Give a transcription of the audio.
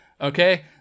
Okay